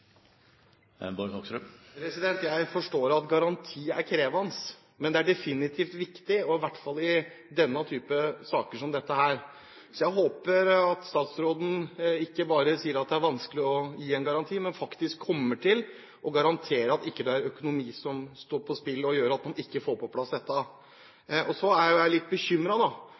Jeg forstår at det å gi garanti er krevende, men det er definitivt viktig, i hvert fall i den type saker som dette. Så jeg håper at statsråden ikke bare sier at det er vanskelig å gi en garanti, men faktisk kommer til å garantere at det ikke er økonomien som spiller inn og gjør at man ikke får på plass dette. Så er jeg jo litt